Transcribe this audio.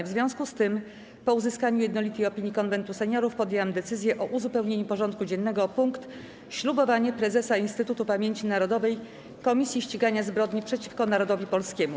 W związku z tym, po uzyskaniu jednolitej opinii Konwentu Seniorów, podjęłam decyzję o uzupełnieniu porządku dziennego o punkt: Ślubowanie Prezesa Instytutu Pamięci Narodowej - Komisji Ścigania Zbrodni przeciwko Narodowi Polskiemu.